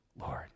Lord